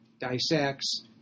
dissects